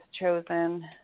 chosen